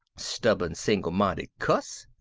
stubborn single-minded cuss!